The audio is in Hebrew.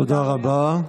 תודה רבה.